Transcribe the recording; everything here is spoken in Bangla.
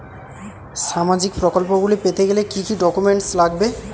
সামাজিক প্রকল্পগুলি পেতে গেলে কি কি ডকুমেন্টস লাগবে?